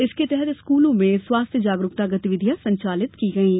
इसके तहत स्कूलों में स्वाथ्य जागरूकता गतिविधियां संचालित की गई हैं